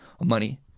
money